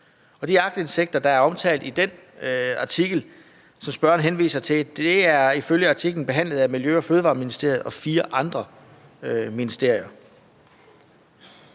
Og de aktindsigter, der er omtalt i den artikel, som spørgeren henviser til, er ifølge artiklen behandlet af Miljø- og Fødevareministeriet og fire andre ministerier.